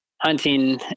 hunting